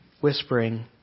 whispering